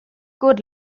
good